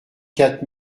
quatre